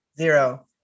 Zero